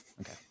Okay